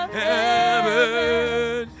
heaven